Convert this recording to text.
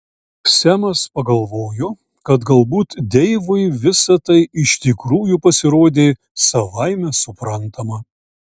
semas pagalvojo kad galbūt deivui visa tai iš tikrųjų pasirodė savaime suprantama